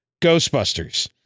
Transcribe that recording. Ghostbusters